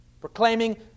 proclaiming